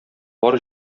бар